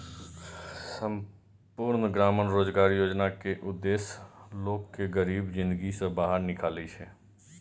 संपुर्ण ग्रामीण रोजगार योजना केर उद्देश्य लोक केँ गरीबी जिनगी सँ बाहर निकालब छै